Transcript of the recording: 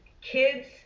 kids